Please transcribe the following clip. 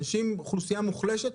אוכלוסייה מוחלשת,